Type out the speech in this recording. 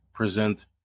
present